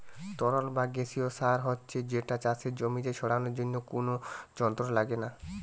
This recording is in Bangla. তরল বা গেসিও সার হচ্ছে যেটা চাষের জমিতে ছড়ানার জন্যে কুনো যন্ত্র লাগছে না